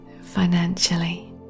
financially